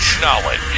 Knowledge